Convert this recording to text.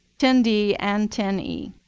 ten d and ten e,